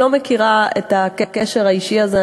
לא מכירה את הקשר האישי הזה.